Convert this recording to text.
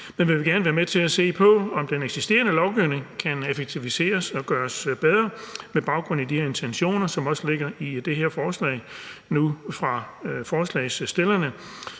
Men vi vil gerne være med til at se på, om den eksisterende lovgivning kan effektiviseres og gøres bedre med baggrund i de intentioner, som også ligger i det her forslag fra forslagsstillernes